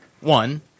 One